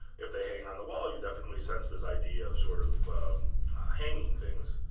if they hang on the wall, you definitely sense this idea of sort of hanging things.